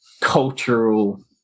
cultural